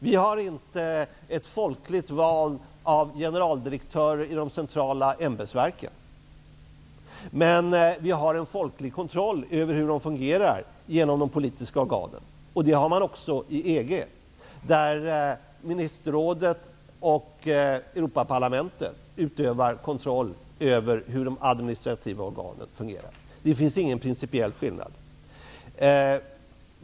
Vi har inte ett folkligt val av generaldirektörer i de centrala ämbetsverken, men vi har en folklig kontroll över hur de fungerar genom de politiska organen. Det har man också i EG där ministerrådet och Europaparlamentet utövar kontroll över hur de administrativa organen fungerar. Det finns ingen principiell skillnad.